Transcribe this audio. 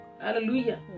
Hallelujah